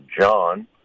John